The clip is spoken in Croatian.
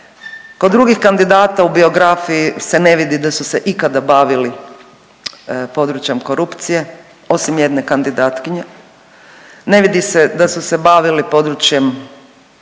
kod drugih kandidata u biografiji se ne vidi da su se ikada bavili područjem korupcije osim jedne kandidatkinje, ne vidi se da su se bavili područjem sukoba